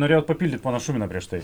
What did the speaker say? norėjot papildyt pono šuminą prieš tai